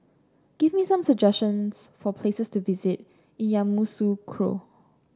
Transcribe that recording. give me some suggestions for places to visit in Yamoussoukro